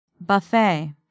Buffet